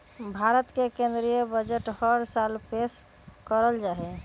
भारत के केन्द्रीय बजट हर साल पेश कइल जाहई